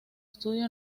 estudio